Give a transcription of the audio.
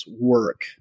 work